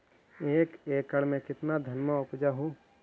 एक एकड़ मे कितना धनमा उपजा हू?